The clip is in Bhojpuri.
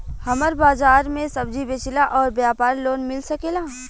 हमर बाजार मे सब्जी बेचिला और व्यापार लोन मिल सकेला?